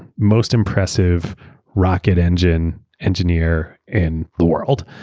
most impressive rocket engine engineer in the world.